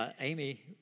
Amy